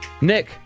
Nick